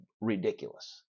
ridiculous